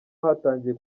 hatangiye